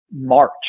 March